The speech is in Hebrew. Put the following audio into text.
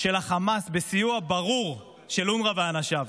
של החמאס, בסיוע ברור של אונר"א ואנשיו.